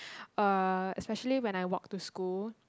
uh especially when I walk to school